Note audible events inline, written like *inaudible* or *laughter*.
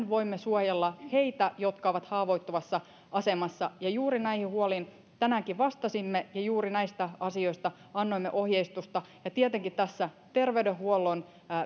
*unintelligible* voimme suojella heitä jotka ovat haavoittuvassa asemassa juuri näihin huoliin tänäänkin vastasimme ja juuri näistä asioista annoimme ohjeistusta ja tietenkin tässä terveydenhuollon